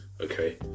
okay